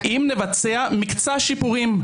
אם נבצע מקצה שיפורים,